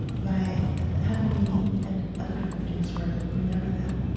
by having me and other people who do this work remember them